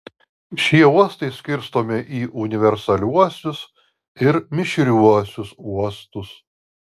šie uostai skirstomi į universaliuosius ir mišriuosius uostus